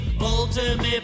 ultimate